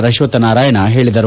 ಅಶ್ವಕ್ಥನಾರಾಯಣ ಹೇಳಿದರು